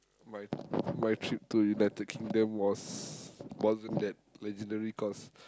my my trip to United-Kingdom was wasn't that legendary cause